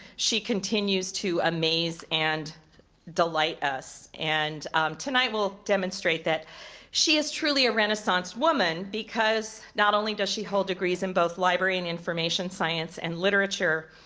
she continues to amaze and delight us. and tonight will demonstrate that she is truly a renaissance woman because not only does she hold degrees in both library and information science and literature,